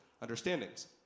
understandings